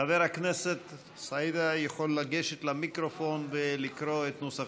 חבר הכנסת סידה יכול לגשת למיקרופון ולקרוא את נוסח